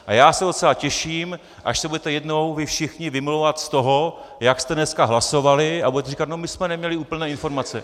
A já se docela těším, až se budete jednou vy všichni vymlouvat z toho, jak jste dneska hlasovali, a budete říkat no, my jsme neměli úplné informace.